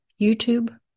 YouTube